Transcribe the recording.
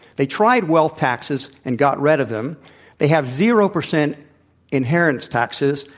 they tried wealth taxes and got rid of them they have zero percent inheritance taxes,